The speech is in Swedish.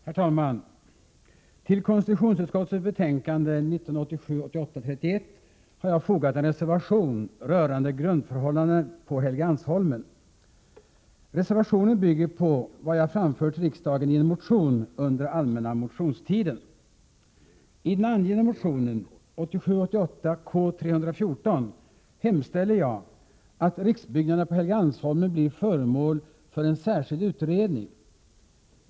Herr talman! Till konstitutionsutskottets betänkande 1987 88:K314, hemställer jag att riksbyggnaderna på Helgeandsholmen blir föremål för en särskild utredning.